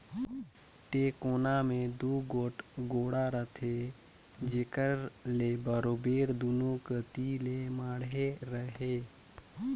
टेकोना मे दूगोट गोड़ा रहथे जेकर ले बरोबेर दूनो कती ले माढ़े रहें